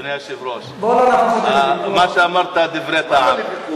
בוא לא, אדוני היושב-ראש, מה שאמרת, דברי טעם.